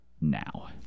now